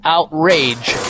Outrage